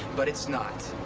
but it's not.